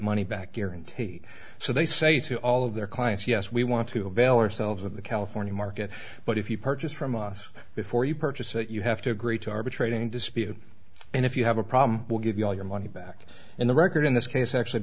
money back guarantee so they say to all of their clients yes we want to avail ourselves of the california market but if you purchase from us before you purchase it you have to agree to arbitrate any dispute and if you have a problem we'll give you all your money back in the record in this case actually